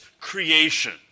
creation